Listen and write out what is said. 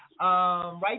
right